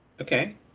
Okay